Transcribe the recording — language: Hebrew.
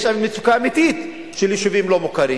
יש מצוקה אמיתית של יישובים לא מוכרים